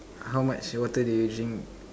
how much water did you drink